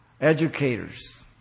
educators